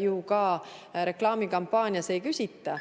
ju reklaamikampaanias ei küsita.